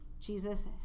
Jesus